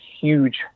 huge